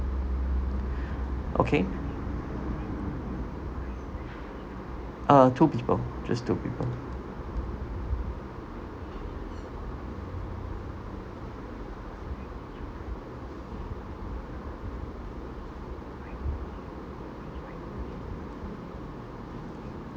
okay uh two people just two people